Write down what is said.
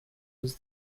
was